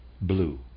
blue